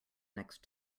next